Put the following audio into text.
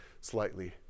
Slightly